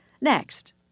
Next